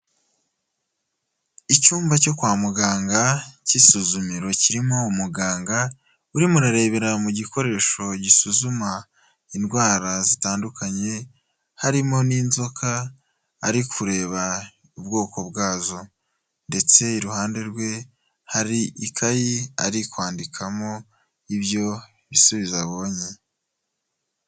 Icyumba cyo kwa muganga cy'isuzumiro kirimo umuganga, urimo urarebera mu gikoresho gisuzuma indwara zitandukanye, harimo n'inzoka ari kureba ubwoko bwazo ndetse iruhande rwe hari ikayi ari kwandikamo ibyo bisubizo abonye.